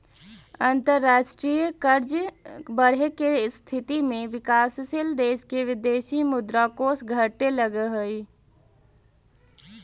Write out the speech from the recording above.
अंतरराष्ट्रीय कर्ज बढ़े के स्थिति में विकासशील देश के विदेशी मुद्रा कोष घटे लगऽ हई